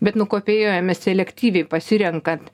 bet nukopijuojame selektyviai pasirenkant